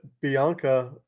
bianca